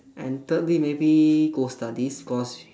and thirdly maybe go studies because